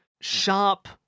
sharp